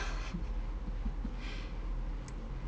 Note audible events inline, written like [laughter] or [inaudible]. [laughs]